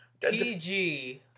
PG